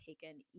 taken